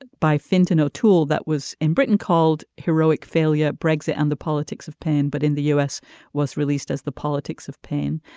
but by fintan o'toole that was in britain called heroic failure brexit and the politics of pain. but in the us was released as the politics of pain.